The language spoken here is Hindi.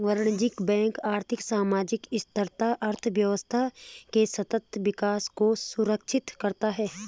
वाणिज्यिक बैंक आर्थिक, सामाजिक स्थिरता, अर्थव्यवस्था के सतत विकास को सुनिश्चित करता है